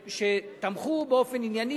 שתמכו באופן ענייני,